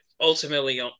Ultimately